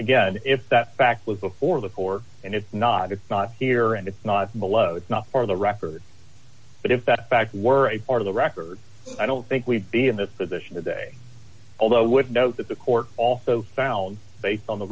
again if that fact was before the four and it's not it's not here and it's not below it's not part of the record but if that fact were a part of the record i don't think we'd be in that position today although i would note that the court also found based on the